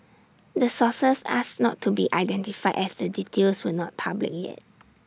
the sources asked not to be identified as the details were not public yet